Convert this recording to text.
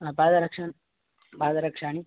पादरक्षाः पादरक्षाः